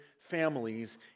families